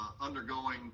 undergoing